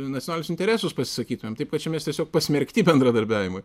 nacionalinius interesus pasisakytumėm taip kad čia mes tiesiog pasmerkti bendradarbiavimui